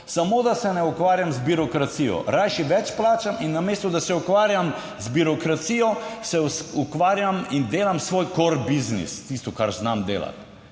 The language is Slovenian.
samo da se ne ukvarjam z birokracijo, rajši več plačam in namesto, da se ukvarjam z birokracijo, se ukvarjam in delam svoj korbiznis, tisto, kar znam delati,